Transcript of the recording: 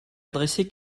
adresser